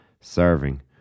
serving